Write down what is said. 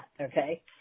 okay